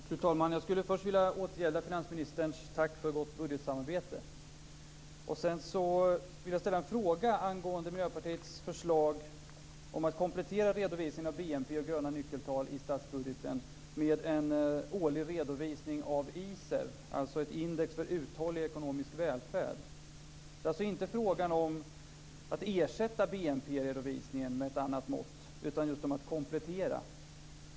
Fru talman! Jag skulle först vilja återgälda finansministerns tack för gott budgetsamarbete. Sedan vill jag ställa en fråga angående Miljöpartiets förslag om att komplettera redovisningen av BNP och gröna nyckeltal i statsbudgeten med en årlig redovisning av Det är alltså inte fråga om att ersätta BNP redovisningen med ett annat mått utan just om att komplettera.